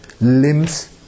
limbs